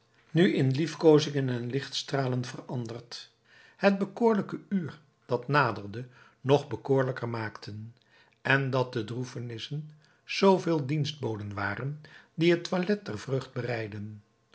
nu in liefkoozingen en lichtstralen veranderd het bekoorlijke uur dat naderde nog bekoorlijker maakten en dat de droefenissen zooveel dienstboden waren die het toilet der